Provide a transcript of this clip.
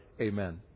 Amen